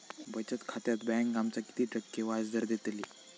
बचत खात्यार बँक आमका किती टक्के व्याजदर देतली?